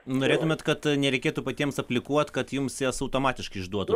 norėtumėt kad nereikėtų patiems aplikuot kad jums jas automatiškai išduotų